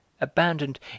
abandoned